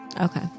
Okay